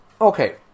Okay